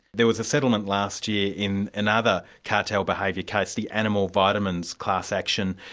there was a settlement last year in another cartel behaviour case, the animal vitamins class action.